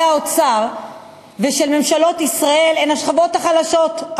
האוצר ושל ממשלות ישראל הן השכבות החלשות,